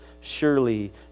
Surely